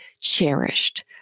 cherished